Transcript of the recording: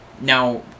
Now